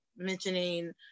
mentioning